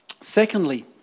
Secondly